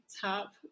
top